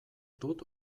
dut